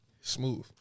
smooth